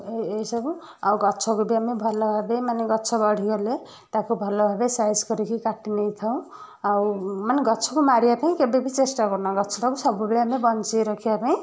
ଏଇ ସବୁ ଆଉ ଗଛକୁ ବି ଆମେ ଭଲଭାବେ ମାନେ ଗଛ ବଢ଼ିଗଲେ ତାକୁ ଭଲଭାବେ ସାଇଜ କରିକି କାଟି ନେଇଥାଉ ଆଉ ମାନେ ଗଛକୁ ମାରିବା ପାଇଁ କେବେବି ଚେଷ୍ଟା କରୁନା ଗଛଟାକୁ ସବୁବେଳେ ଆମେ ବଞ୍ଚେଇ ରଖିବା ପାଇଁ